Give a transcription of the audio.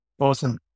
Awesome